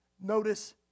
Notice